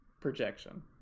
projection